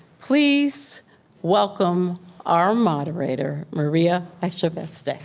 please welcome our moderator, maria echaveste.